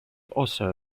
also